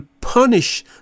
punish